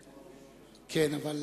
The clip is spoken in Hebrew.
כן, אבל